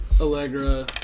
Allegra